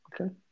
Okay